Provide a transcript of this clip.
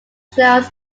shows